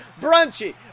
Brunchy